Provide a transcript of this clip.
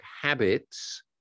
habits